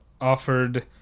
offered